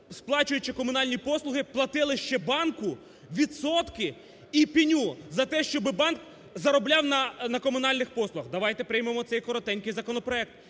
сплачуючи комунальні послуги платили ще банку відсотки і пеню за те, щоб банк заробляв на комунальних послугах. Давайте приймемо цей коротенький законопроект.